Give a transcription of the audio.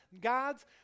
gods